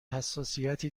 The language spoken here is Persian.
حساسیتی